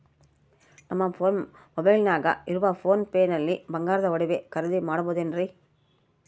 ನಮ್ಮ ಮೊಬೈಲಿನಾಗ ಇರುವ ಪೋನ್ ಪೇ ನಲ್ಲಿ ಬಂಗಾರದ ಒಡವೆ ಖರೇದಿ ಮಾಡಬಹುದೇನ್ರಿ?